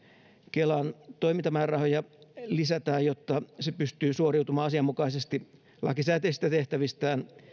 kelan toimintamäärärahoja lisätään jotta se pystyy suoriutumaan asianmukaisesti lakisääteisistä tehtävistään